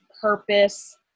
purpose